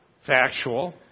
factual